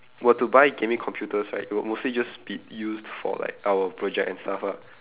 were to buy gaming computers right it would mostly just be used for like our project and stuff ah